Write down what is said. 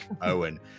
Owen